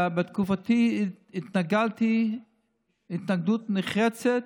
בתקופתי התנגדתי התנגדות נחרצת,